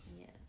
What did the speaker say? Yes